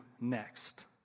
next